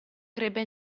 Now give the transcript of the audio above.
crebbe